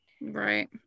right